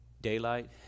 daylight